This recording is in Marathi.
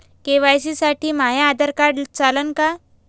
के.वाय.सी साठी माह्य आधार कार्ड चालन का?